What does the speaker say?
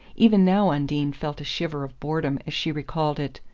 even now undine felt a shiver of boredom as she recalled it.